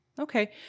Okay